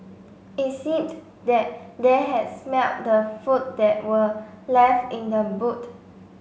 it seemed that they had smelt the food that were left in the boot